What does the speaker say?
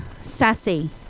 sassy